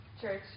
church